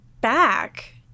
back